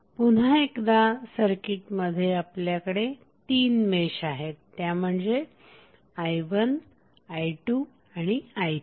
पुन्हा एकदा सर्किटमध्ये आपल्याकडे 3 मेश आहेत त्या म्हणजे i1 i2आणि i3